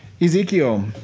Ezekiel